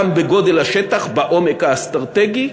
גם בגודל השטח, בעומק האסטרטגי,